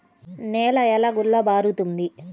నేల ఎలా గుల్లబారుతుంది?